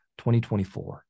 2024